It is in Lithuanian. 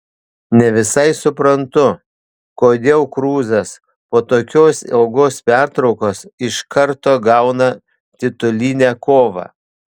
ne visai suprantu kodėl kruzas po tokios ilgos pertraukos iš karto gauna titulinę kovą